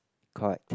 correct